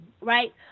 right